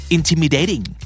Intimidating